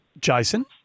Jason